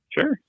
Sure